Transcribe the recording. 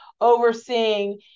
overseeing